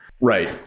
right